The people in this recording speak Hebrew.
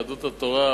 יהדות התורה,